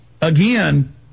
again